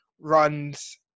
runs